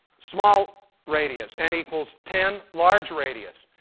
small radius. n equals ten, large radius.